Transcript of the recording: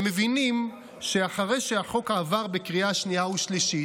הם מבינים שאחרי שהחוק עבר בקריאה שנייה ושלישית,